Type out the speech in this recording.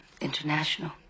international